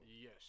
Yes